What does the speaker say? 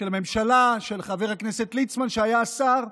של הממשלה, של חבר הכנסת ליצמן כשהיה שר,